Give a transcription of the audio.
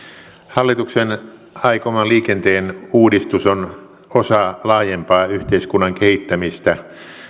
hallituksen aikoma liikenteen uudistus on osa laajempaa yhteiskunnan kehittämistä